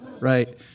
right